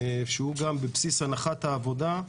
שהוא גם בבסיס הנחת העבודה,